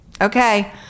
okay